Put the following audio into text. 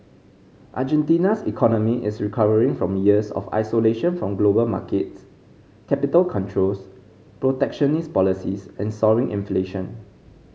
Argentina's economy is recovering from years of isolation from global markets capital controls protectionist policies and soaring inflation